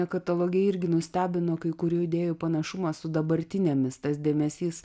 kataloge irgi nustebino kai kurių idėjų panašumas su dabartinėmis tas dėmesys